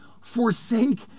forsake